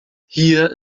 hier